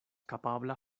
kapabla